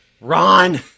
Ron